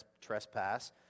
trespass